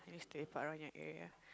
used to lepak around your area